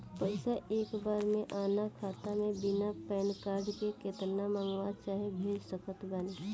पैसा एक बार मे आना खाता मे बिना पैन कार्ड के केतना मँगवा चाहे भेज सकत बानी?